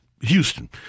Houston